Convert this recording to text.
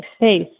space